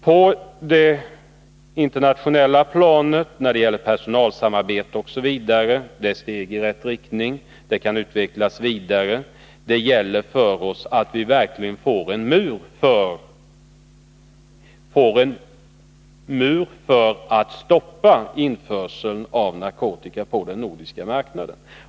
Personalsamarbetet etc. på det internationella planet är ett steg i rätt riktning, som kan utvecklas vidare. Det gäller för oss att verkligen få till stånd en mur för att stoppa införseln av narkotika på den nordiska marknaden.